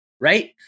right